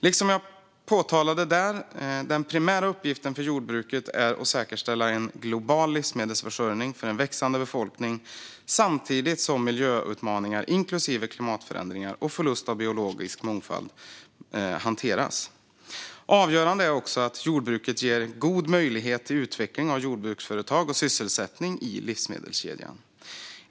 Liksom jag påpekade där är den primära uppgiften för jordbruket att säkerställa en global livsmedelsförsörjning för en växande befolkning samtidigt som miljöutmaningar inklusive klimatförändringar och förlust av biologisk mångfald hanteras. Avgörande är också att jordbruket ger god möjlighet till utveckling av jordbruksföretag och sysselsättning i livsmedelkedjan.